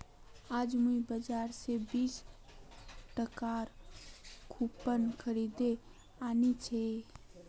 आज मुई बाजार स बीस टकार कूपन खरीदे आनिल छि